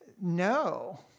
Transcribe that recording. No